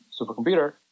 supercomputer